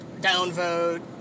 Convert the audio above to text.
downvote